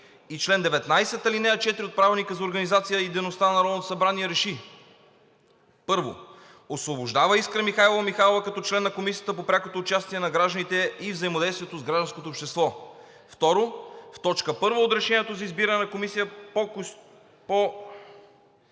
и чл. 19, ал. 4 от Правилника за организацията и дейността на Народното събрание РЕШИ: 1. Освобождава Искра Михайлова Михайлова като член на Комисията за прякото участие на гражданите и взаимодействието с гражданското общество. 2. В т. 1 от Решението за избиране на Комисията по...“.